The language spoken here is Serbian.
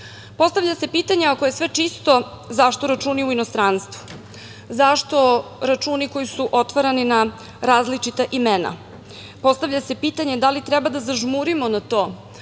se pitanje ako je sve čisto zašto računi u inostranstvu? Zašto računi koji su otvarani na različita imena? Postavlja se pitanje da li treba da zažmurimo na to